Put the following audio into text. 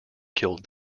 killed